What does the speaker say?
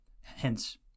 hence